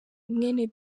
mwene